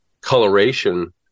coloration